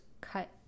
cut